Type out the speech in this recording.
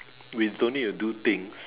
we don't need to do things